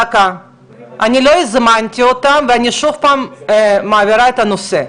אני לא הזמנתי אותם ואני שוב פעם מבהירה את הנושא,